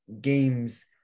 games